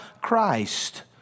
Christ